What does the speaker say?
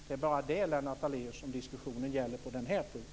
Det är bara det, Lennart Daléus, som diskussionen gäller på den här punkten.